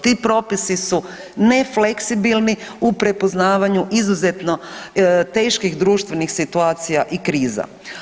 Ti propisi su nefleksibilni u prepoznavanju izuzetno teških društvenih situacija i kriza.